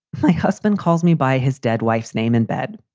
my husband calls me by his dead wife's name in bed.